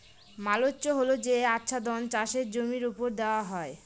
mulch হল যে আচ্ছাদন চাষের জমির ওপর দেওয়া হয়